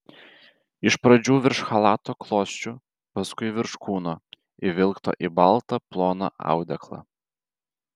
iš pradžių virš chalato klosčių paskui virš kūno įvilkto į baltą ploną audeklą